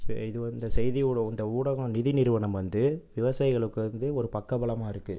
இது வந்து இந்த செய்தி ஊடகம் இந்த ஊடகம் நிதி நிறுவனம் வந்து விவசாயிகளுக்கு வந்து ஒரு பக்கபலமாக இருக்குது